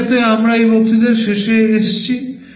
এটির সাথে আমরা এই বক্তৃতার শেষে এসেছি